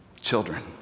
Children